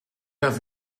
have